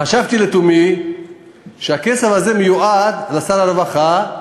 חשבתי לתומי שהכסף הזה מיועד לשר הרווחה,